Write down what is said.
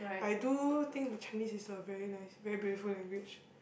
I do think that Chinese is a very nice very beautiful language